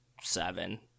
seven